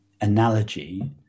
analogy